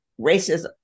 racism